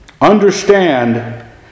Understand